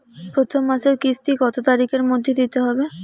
প্রথম মাসের কিস্তি কত তারিখের মধ্যেই দিতে হবে?